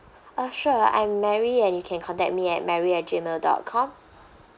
uh sure I'm mary and you can contact me at mary at gmail dot com